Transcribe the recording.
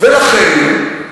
ולכן,